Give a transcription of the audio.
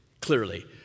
Clearly